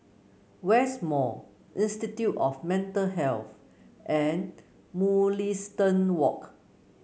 West Mall Institute of Mental Health and Mugliston Walk